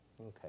okay